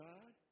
God